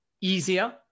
easier